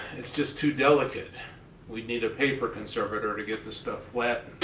it's just too delicate we'd need a paper conservator to get the stuff flattened.